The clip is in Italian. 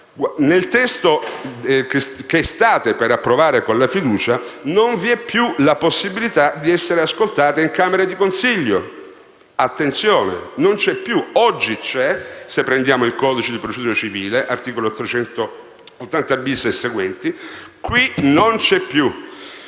nel testo che state per approvare con la fiducia non vi è più la possibilità di essere ascoltati in camera di consiglio; attenzione, non c'è più. Oggi c'è nel codice di procedura civile (articolo 380-*bis* e seguenti). Qui non c'è più.